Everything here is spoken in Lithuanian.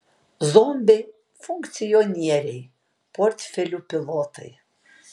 zombiai funkcionieriai portfelių pilotai